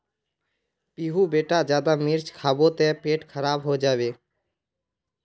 पीहू बेटा ज्यादा मिर्च खाबो ते पेट खराब हों जाबे